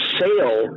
sale